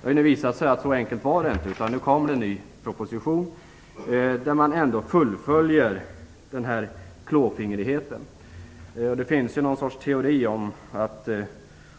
Det har nu visat sig att det inte var så enkelt, och det har nu framlagts en ny proposition, där man ändå fullföljer sin klåfingrighet. Det finns en teori att